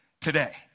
today